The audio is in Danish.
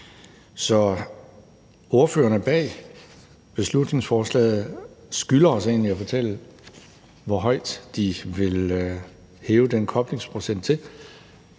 Så ordførerne bag beslutningsforslaget skylder os egentlig at fortælle, hvor højt de vil hæve den koblingsprocent,